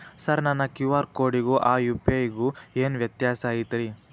Sir ನನ್ನ QR ಕೊಡಿಗೂ ಆ ಯು.ಪಿ.ಐ ಗೂ ಏನ್ ವ್ಯತ್ಯಾಸ ಐತ್ರಿ?